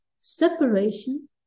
separation